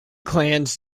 clans